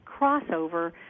crossover